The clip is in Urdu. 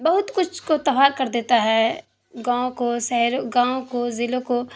بہت کچھ کو تباہ کر دیتا ہے گاؤں کو شہروں گاؤں کو ضلعوں کو